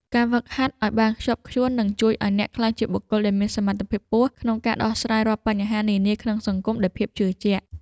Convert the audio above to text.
ការហ្វឹកហាត់ឱ្យបានខ្ជាប់ខ្ជួននឹងជួយឱ្យអ្នកក្លាយជាបុគ្គលដែលមានសមត្ថភាពខ្ពស់ក្នុងការដោះស្រាយរាល់បញ្ហានានាក្នុងសង្គមដោយភាពជឿជាក់។